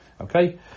okay